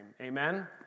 amen